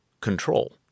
control